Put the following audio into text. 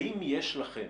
האם יש לכם,